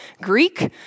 Greek